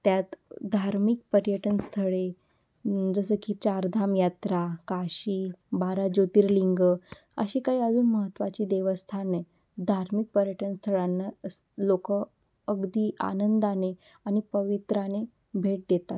त्यात धार्मिक पर्यटन स्थळे जसं की चारधामयात्रा काशी बारा ज्योतिर्लिंग अशी काही अजून महत्त्वाची देवस्थानं धार्मिक पर्यटनस्थळांना लोकं अगदी आनंदाने आनि पावित्र्याने भेट देतात